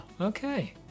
Okay